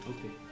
Okay